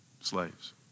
slaves